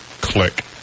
Click